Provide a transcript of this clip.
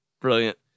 Brilliant